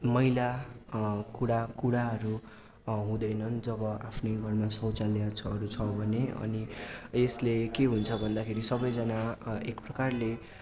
मैला कुरा कुराहरू हुँदैनन् जब आफ्नै घरमा शौचाल्यहरू छ भने अनि यसले के हुन्छ भन्दाखेरि सबैजना एक प्रकारले